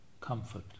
comfort